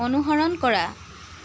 অনুসৰণ কৰা